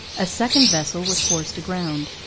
a second vessel was forced aground.